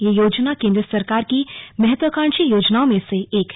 यह योजना केंद्र सरकार की महत्वाकांक्षी योजनाओं में से एक है